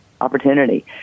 opportunity